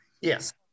Yes